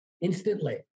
instantly